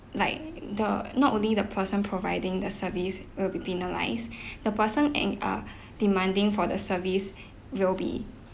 like the not only the person providing the service will be penalized the person and err demanding for the service will be